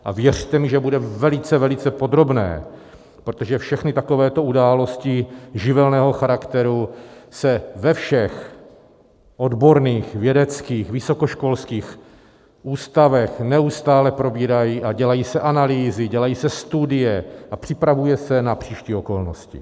A věřte mi, že bude velice, velice podrobné, protože všechny takovéto události živelního charakteru se ve všech odborných vědeckých vysokoškolských ústavech neustále probírají a dělají se analýzy, dělají se studie a připravuje se na příští okolnosti.